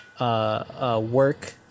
work